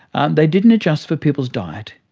and they didn't adjust for people's diet.